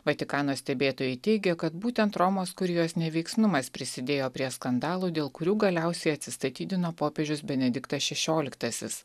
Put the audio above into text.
vatikano stebėtojai teigia kad būtent romos kurijos neveiksnumas prisidėjo prie skandalų dėl kurių galiausiai atsistatydino popiežius benediktas šešioliktasis